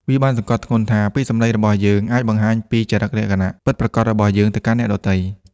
វាបានសង្កត់ធ្ងន់ថា ពាក្យសម្ដីរបស់យើងអាចបង្ហាញពីចរិតលក្ខណៈពិតប្រាកដរបស់យើងទៅកាន់អ្នកដទៃ។